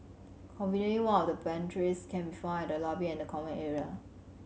conveniently one of the pantries can be found at the lobby and common area